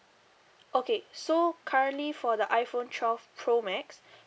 okay so currently for the iphone twelve pro max